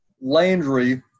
Landry